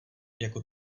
jako